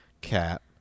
cat